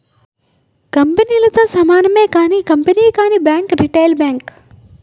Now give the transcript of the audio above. కంపెనీలతో సమానమే కానీ కంపెనీ కానీ బ్యాంక్ రిటైల్ బ్యాంక్